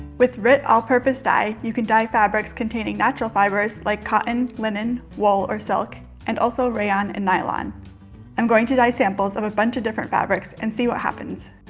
with rit all-purpose dye you can dye fabrics containing natural fibers like cotton linen wool or silk and also rayon and nylon i'm going to dye samples of a bunch of different fabrics and see what happens.